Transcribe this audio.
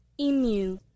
Emu